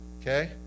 okay